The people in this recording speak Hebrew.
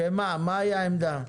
מה היא העמדה?